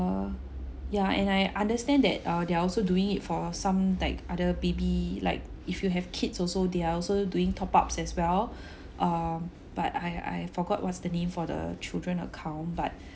yeah and I understand that uh they are also doing it for some like other baby like if you have kids also they are also doing top ups as well um but I I forgot what's the name for the children account but